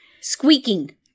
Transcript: Squeaking